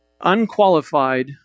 Unqualified